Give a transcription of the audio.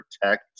protect